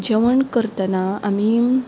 जेवण करतना आमी